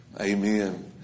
Amen